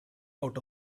out